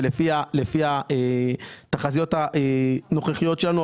ולפי התחזיות הנוכחיות שלנו,